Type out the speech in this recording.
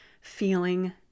feeling